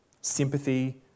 sympathy